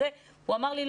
הוא אמר לי,